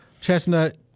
Chestnut